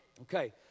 Okay